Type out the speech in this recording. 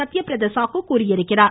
சத்யபிரத சாகு தெரிவித்துள்ளார்